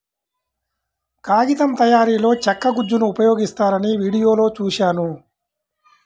కాగితం తయారీలో చెక్క గుజ్జును ఉపయోగిస్తారని వీడియోలో చూశాను